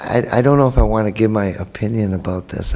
i don't know if i want to give my opinion about th